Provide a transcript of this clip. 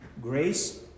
Grace